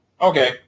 Okay